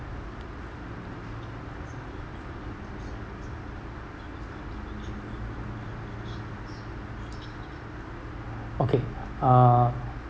okay uh